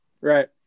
right